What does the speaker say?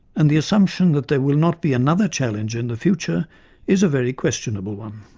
and the assumption that there will not be another challenger in the future is a very questionable one.